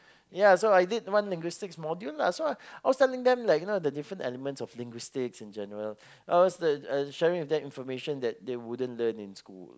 ya so I did one linguistics module lah so I was telling them like you know the different elements of linguistics in general I was like sharing with them information that they wouldn't learn in school